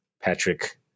Patrick